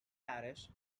parish